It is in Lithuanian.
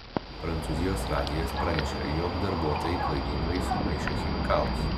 prancūzijos radijas pranešė jog darbuotojai klaidingai sumaišė chemikalus